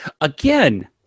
again